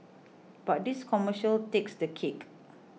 but this commercial takes the cake